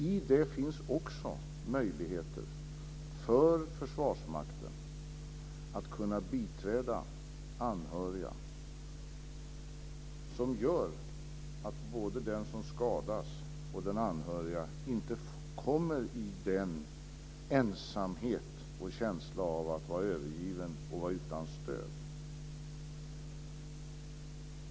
I det finns också möjligheter för Försvarsmakten att biträda anhöriga så att både den som skadas och anhöriga inte kommer in i den ensamheten och känslan av att vara övergivna och utan stöd.